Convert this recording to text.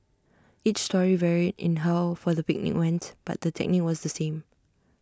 each story varied in how far the picnic went but the technique was the same